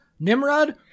Nimrod